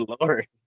lord